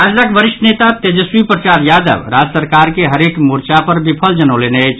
राजदक वरिष्ठ नेता तेजस्वी प्रसाद यादव राज्य सरकार के हरेक मोर्चा पर विफल जनौलनि अछि